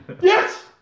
Yes